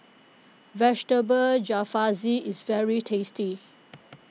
Vegetable Jalfrezi is very tasty